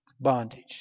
bondage